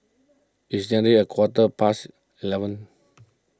its nearly a quarter past eleven